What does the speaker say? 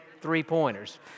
three-pointers